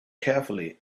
carefully